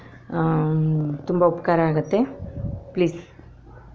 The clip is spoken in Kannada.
ತುಂಬ ಉಪಕಾರ ಆಗುತ್ತೆ ಪ್ಲೀಸ್